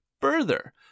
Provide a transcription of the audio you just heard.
Further